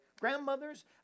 grandmothers